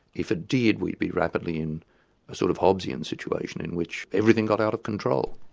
if it did, we'd be rapidly in a sort of hobbesian situation in which everything got out of control.